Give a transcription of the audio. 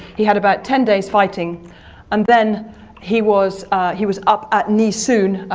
he had about ten days fighting and then he was he was up at nee soon,